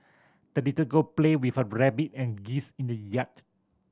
the little girl played with her rabbit and geese in the yard